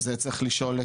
זה צריך לשאול,